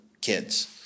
kids